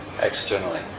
externally